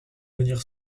venir